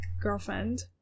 girlfriend